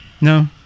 No